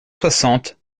soixante